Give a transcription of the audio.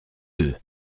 eux